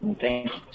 Thanks